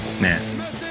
Man